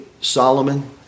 Solomon